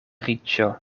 riĉo